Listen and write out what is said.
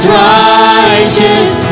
righteous